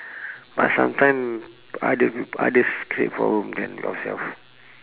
but sometime other peo~ others create problem than yourself